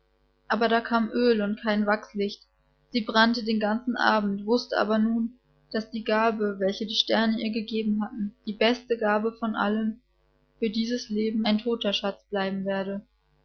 aber da kam öl und kein wachslicht sie brannte den ganzen abend wußte aber nun daß die gabe welche die sterne ihr gegeben die beste gabe von allen für dieses leben ein toter schatz bleiben werde